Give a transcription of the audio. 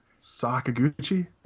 Sakaguchi